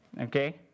Okay